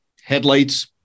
headlights